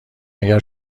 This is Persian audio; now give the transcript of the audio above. اگر